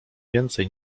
więcej